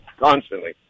constantly